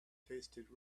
tasted